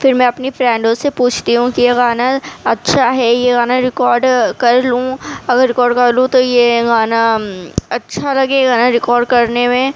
پھر میں اپنی فرینڈوں سے پوچھتی ہوں کہ یہ گانا اچھا ہے یہ گانا ریکارڈ کر لوں اگر ریکارڈ کر لوں تو یہ گانا اچھا لگے گا نا ریکارڈ کرنے میں